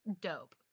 dope